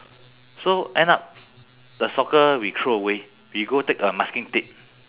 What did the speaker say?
so end up the soccer we throw away we go take a masking tape